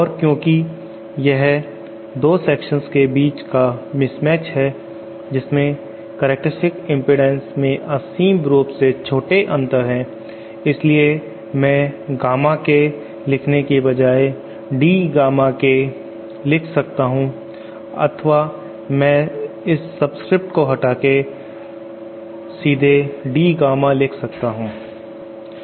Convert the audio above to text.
और क्योंकि यह दो सेक्शंस के बीच का मिसमैच है जिसमें करैक्टरस्टिक इम्पीडन्स में असीम रूप से छोटे अंतर हैं इसलिए मैं गामा K K लिखने के बजाय D गामा K K लिख सकता हूं अथवा मैं इस सबस्क्रिप्ट को हटाकर सीधे D गामा लिख सकता हूं